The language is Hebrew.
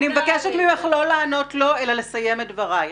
אני מבקשת ממך לסיים את דבריך.